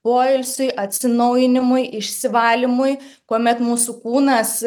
poilsiui atsinaujinimui išsivalymui kuomet mūsų kūnas